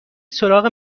سراغ